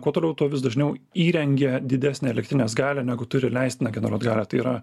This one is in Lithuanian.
kuo toliau tuo vis dažniau įrengia didesnę elektrinės galią negu turi leistiną generuot galią tai yra